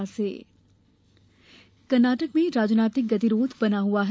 कर्नाटक कर्नाटक में राजनीतिक गतिरोध बना हुआ है